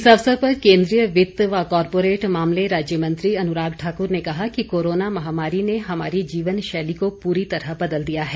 इस अवसर पर केंद्रीय वित्त व कारपोरेट मामले राज्य मंत्री अनुराग ठाकुर ने कहा कि कोरोना महामारी ने हमारी जीवन शैली को पूरी तरह बदल दिया है